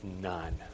none